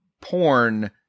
Porn